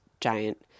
giant